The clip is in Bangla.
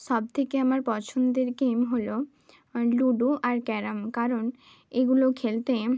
সব থেকে আমার পছন্দের গেম হলো লুডো আর ক্যারাম কারণ এগুলো খেলতে